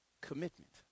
commitment